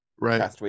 Right